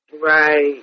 Right